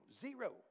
zero